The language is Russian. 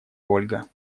ольга